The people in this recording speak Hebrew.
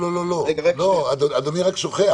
אדוני,